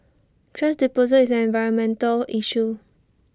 thrash disposal is an environmental issue